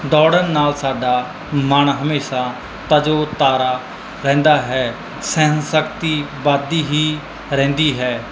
ਦੌੜਨ ਨਾਲ ਸਾਡਾ ਮਨ ਹਮੇਸ਼ਾ ਤਰੋ ਤਾਜ਼ਾ ਰਹਿੰਦਾ ਹੈ ਸਹਿਣਸ਼ਕਤੀ ਵੱਧਦੀ ਹੀ ਰਹਿੰਦੀ ਹੈ